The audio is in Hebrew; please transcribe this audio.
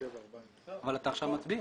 אבל אתה עכשיו מצביע.